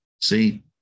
See